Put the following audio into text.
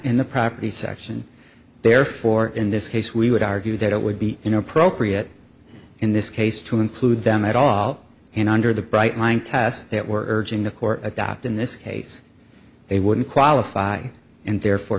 in the property section therefore in this case we would argue that it would be inappropriate in this case to include them at all and under the bright line tests that were in the court at that in this case they wouldn't qualify and therefore